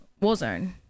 warzone